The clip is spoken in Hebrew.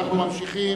אנו ממשיכים.